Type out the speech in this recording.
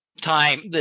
Time